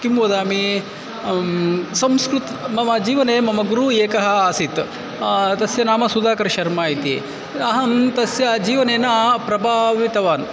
किं वदामि संस्कृतं मम जीवने मम गुरुः एकः आसीत् तस्य नाम सुधाकरशर्मा इति अहं तस्य जीवनेन प्रभावितवान्